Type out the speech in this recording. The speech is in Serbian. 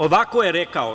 Ovako je rekao.